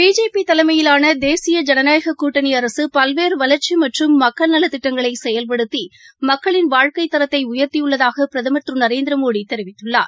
பிஜேபிதலையிலானதேசிய ஐனநாயககூட்டணிஅரசுபல்வேறுவளர்ச்சிமற்றும் மக்கள் நலத்திட்டங்களைசெயல்படுத்திமக்களின் வாழ்க்கைத்தரத்தைஉயர்த்தியுள்ளதாகபிரதமர் திருநரேந்திரமோடிதெரிவித்துள்ளார்